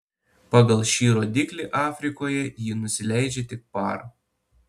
pagal šį rodiklį afrikoje ji nusileidžia tik par